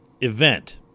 event